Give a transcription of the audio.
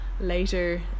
later